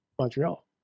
Montreal